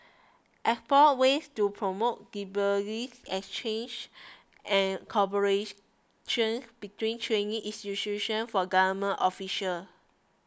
explore ways to promote exchange and cooperation between training institutions for government official